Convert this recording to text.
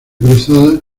cruzada